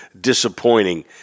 disappointing